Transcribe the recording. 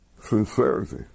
Sincerity